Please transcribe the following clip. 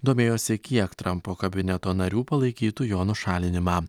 domėjosi kiek trampo kabineto narių palaikytų jo nušalinimą